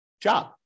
job